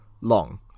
long